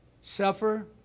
suffer